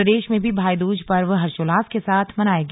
प्रदेश में भी भाईदूज पर्व हर्षोल्लास के साथ मनाया गया